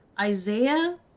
isaiah